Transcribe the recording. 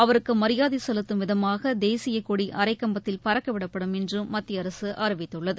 அவருக்குமரியாதைசெலுத்தும் விதமாகதேசியக்கொடிஅரைக்கம்பதில் பறக்கவிடப்படும் என்றுமத்தியஅரசுஅறிவித்துள்ளது